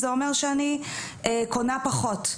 זה אומר שאני קונה פחות.